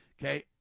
okay